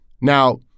Now